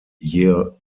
year